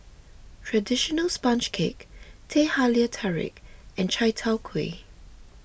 Traditional Sponge Cake Teh Halia Tarik and Chai Tow Kway